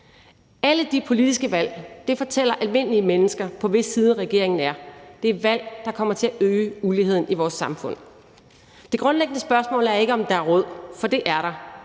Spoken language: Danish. Alle de politiske valg fortæller almindelige mennesker, på hvis side regeringen er. Det er valg, der kommer til at øge uligheden i vores samfund. Det grundlæggende spørgsmål er ikke, om der er råd, for det er der.